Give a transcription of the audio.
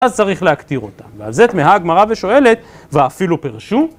אז צריך להכתיר אותה, ועל זה תמהה הגמרא ושואלת: ואפילו פרשו?